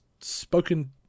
spoken